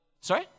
Sorry